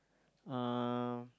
um